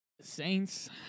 Saints